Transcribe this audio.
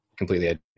completely